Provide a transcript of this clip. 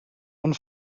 one